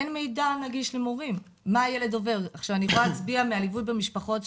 אין מידע נגיש למורים אני יכולה להצביע מליווי למשפחות,